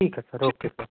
ठीक है sir okay sir